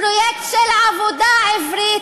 פרויקט של עבודה עברית.